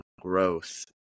growth